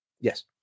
Yes